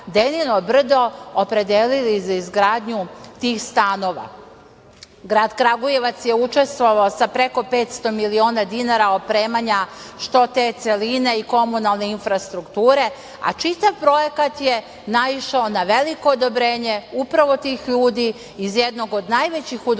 Denino Brdo opredelili za izgradnju tih stanova. Grad Kragujevac je učestvovao sa preko 500 miliona dinara opremanja, što te celine i komunalne infrastrukture, a čitav projekat je naišao na veliko odobrenje upravo tih ljudi iz jednog od najvećih Udruženja